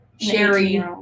Sherry